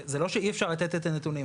זה לא שאי אפשר לתת את הנתונים,